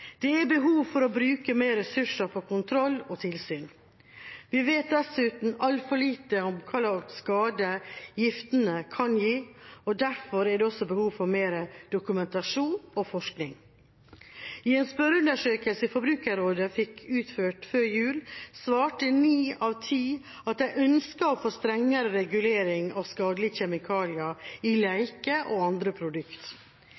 Det er behov for å bruke flere ressurser på kontroll og tilsyn. Vi vet dessuten altfor lite om hvilken skade giftene kan gi. Derfor er det også behov for mer dokumentasjon og forskning. I en spørreundersøkelse Forbrukerrådet fikk utført før jul, svarte ni av ti at de ønsket å få strengere regulering av skadelige kjemikalier i leker og andre